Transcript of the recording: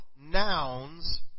nouns